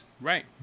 Right